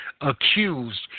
accused